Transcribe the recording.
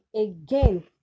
again